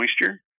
moisture